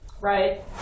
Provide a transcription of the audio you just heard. right